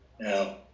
Now